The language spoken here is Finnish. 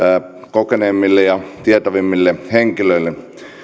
kokeneemmille ja tietävämmille henkilöille